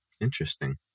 Interesting